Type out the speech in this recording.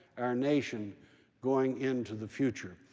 our nation going into the future.